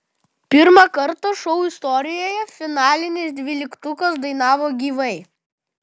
pirmą kartą šou istorijoje finalinis dvyliktukas dainavo gyvai